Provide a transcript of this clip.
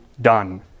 done